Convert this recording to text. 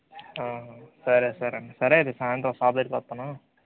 సరే సరేండి సరే అయితే సాయంత్రం షాప్ దగ్గిరకొస్తాను